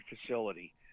facility